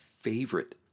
favorite